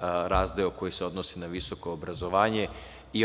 razdeo koji se odnosi na visoko obrazovanje.